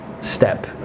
step